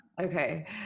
Okay